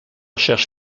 cherche